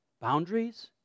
boundaries